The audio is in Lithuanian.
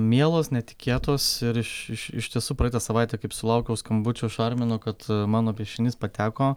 mielos netikėtos ir iš iš iš tiesų praeitą savaitę kaip sulaukiau skambučio iš armino kad mano piešinys pateko